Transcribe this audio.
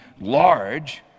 large